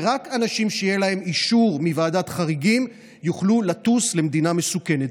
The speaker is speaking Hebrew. ורק אנשים שיהיה להם אישור מוועדת חריגים יוכלו לטוס למדינה מסוכנת.